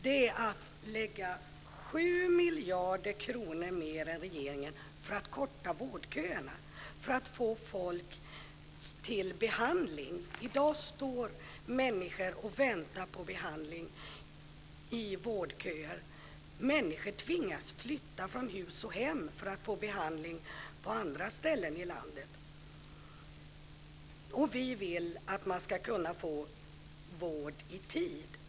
Det handlar om att vi vill lägga 7 miljarder kronor mer än regeringen för att korta vårdköerna för att få folk till behandling. I dag står människor i vårdköer och väntar på behandling. Människor tvingas flytta från hus och hem för att få behandling på andra ställen i landet, och vi vill att man ska kunna få vård i tid.